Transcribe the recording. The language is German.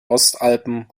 ostalpen